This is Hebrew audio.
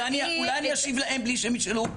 אולי אני אשיב להם בלי שהם ישאלו,